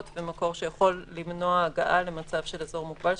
ומקור שיכול למנוע הגעה למצב של אזור מוגבל,